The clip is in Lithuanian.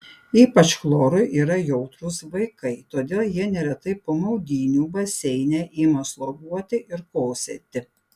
ypač chlorui yra jautrūs vaikai todėl jie neretai po maudynių baseine ima sloguoti ir kosėti